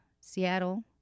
Seattle